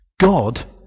God